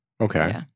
Okay